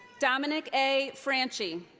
dominic a. franchi.